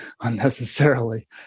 unnecessarily